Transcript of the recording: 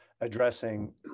addressing